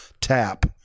tap